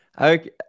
Okay